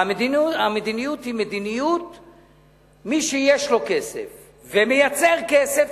והמדיניות היא שמי שיש לו כסף ומייצר כסף,